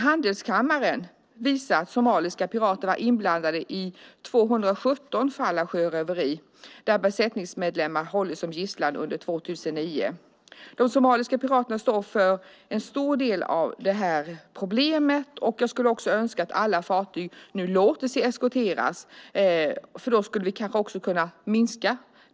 Handelskammaren visar att somaliska pirater varit inblandade i 217 fall av sjöröveri, där besättningsmedlemmar hållits som gisslan, under 2009. De somaliska piraterna står för en stor del av problemet. Jag skulle önska att alla fartyg nu låter sig eskorteras, för då skulle piratattackerna kanske kunna minska.